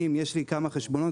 אם יש לי כמה חשבונות,